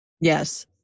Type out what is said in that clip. Yes